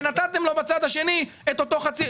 -- ונתתם לו בצד השני את אותו חצי.